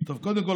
קודם כול,